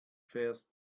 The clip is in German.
fährst